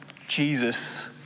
Jesus